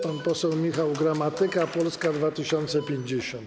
Pan poseł Michał Gramatyka, Polska 2050.